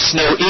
Snow